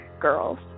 girls